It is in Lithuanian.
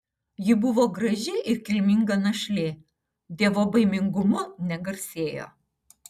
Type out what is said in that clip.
ji buvo graži ir kilminga našlė dievobaimingumu negarsėjo